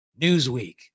Newsweek